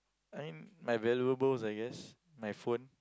I mean my valuables I guess my phone